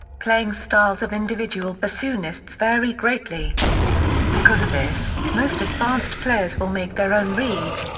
playing styles of individual bassoonists vary greatly because of this, most advanced players will make their own reeds,